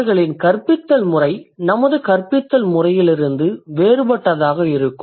அவர்களின் கற்பித்தல் முறை நமது கற்பித்தல் முறையிலிருந்து வேறுபட்டதாக இருக்கும்